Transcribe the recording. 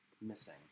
missing